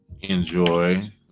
enjoy